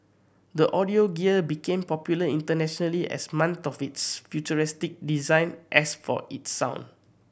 the audio gear became popular internationally as much for its futuristic design as for its sound